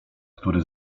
który